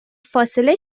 فاصله